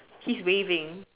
his waving